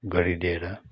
गरिदिएर